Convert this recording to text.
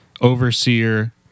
overseer